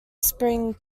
spring